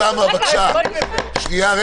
(היו"ר יעקב אשר, 11:30) אוקיי.